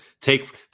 take